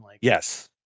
Yes